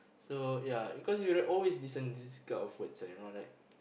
so ya because you will always listen this kind of words you know right